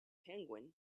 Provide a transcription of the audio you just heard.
penguin